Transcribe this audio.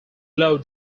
glow